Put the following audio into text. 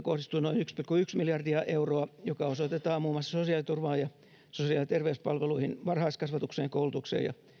kohdistuu noin yksi pilkku yksi miljardia euroa mikä osoitetaan muun muassa sosiaaliturvaan ja sosiaali ja terveyspalveluihin varhaiskasvatukseen koulutukseen ja